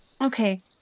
Okay